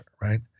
Right